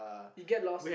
you get lost